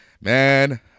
man